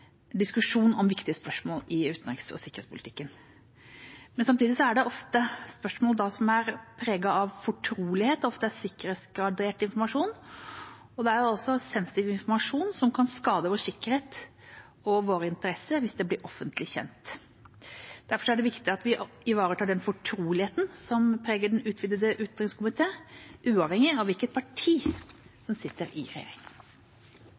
diskusjon om viktige spørsmål i utenriks- og sikkerhetspolitikken. Samtidig er det ofte spørsmål som er preget av fortrolighet, det er sikkerhetsgradert informasjon, og det er sensitiv informasjon som kan skade vår sikkerhet og våre interesser hvis det blir offentlig kjent. Derfor er det viktig at vi ivaretar den fortroligheten som preger den utvidete utenriks- og forsvarskomiteen, uavhengig av hvilket parti som sitter i regjering.